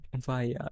Fire